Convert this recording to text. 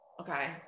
okay